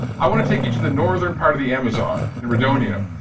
i want to take you to the northern part of the amazon, in rondonia.